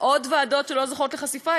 עוד ועדות שלא זוכות לחשיפה?